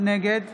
נגד